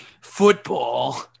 football